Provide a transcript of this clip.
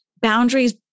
boundaries